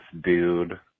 dude